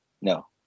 No